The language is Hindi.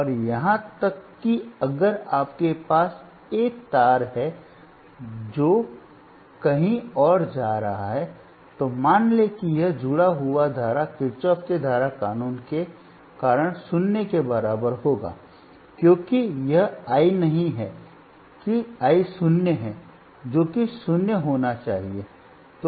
और यहां तक कि अगर आपके पास एक तार है जो कहीं और जा रहा है तो मान लें कि यह जुड़ा हुआ धारा किरचॉफ के धारा कानून के कारण शून्य के बराबर होगा क्योंकि यह I नहीं है कि Iशून्य है जो कि 0 होना चाहिए